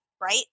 right